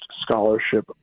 scholarship